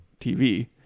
TV